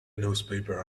newspaper